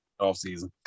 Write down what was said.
offseason